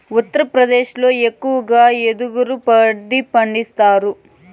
ఉత్తరప్రదేశ్ ల ఎక్కువగా యెదురును పండిస్తాండారు